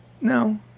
no